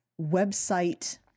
website